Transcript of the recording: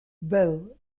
belle